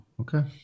Okay